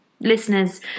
listeners